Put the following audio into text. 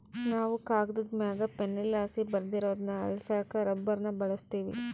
ನಾವು ಕಾಗದುದ್ ಮ್ಯಾಗ ಪೆನ್ಸಿಲ್ಲಾಸಿ ಬರ್ದಿರೋದ್ನ ಅಳಿಸಾಕ ರಬ್ಬರ್ನ ಬಳುಸ್ತೀವಿ